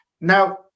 Now